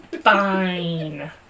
fine